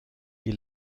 wie